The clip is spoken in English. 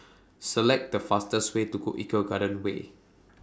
Select The fastest Way to Eco Garden Way